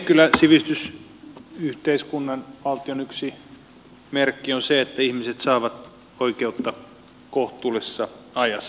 kyllä sivistysyhteiskunnan ja valtion yksi merkki on se että ihmiset saavat oikeutta kohtuullisessa ajassa